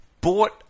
bought